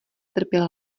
trpěl